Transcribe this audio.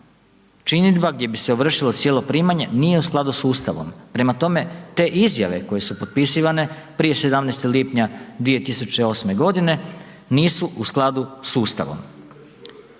činidba gdje bi se ovršilo cijelo primanje nije u skladu s Ustavom. Prema tome, te izjave koje su potpisivane prije 17. lipnja 2008.g. nisu u skladu s Ustavom.